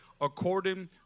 according